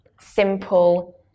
simple